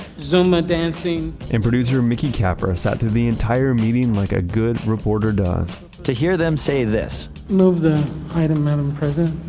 zumba dancing. and producer mickey capper ah sat them the entire meeting like a good reporter does to hear them say this move the item, madam president.